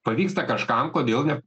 pavyksta kažkam kodėl ne